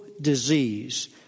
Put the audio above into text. disease